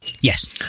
Yes